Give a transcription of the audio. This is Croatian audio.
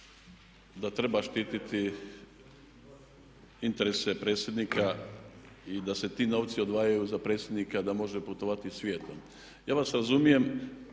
da treba štititi interese predsjednika i da se ti novci odvajaju za predsjednika da može putovati svijetom. Ja vas razumijem